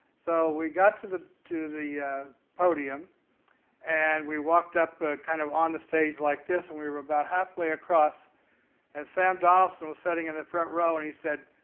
so we got to the to the podium and we walked up kind of on the stage like this and we were about halfway across and sam donelson was sitting in the front row and said,